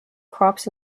crops